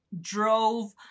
drove